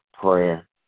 prayer